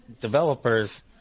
developers